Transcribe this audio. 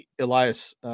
Elias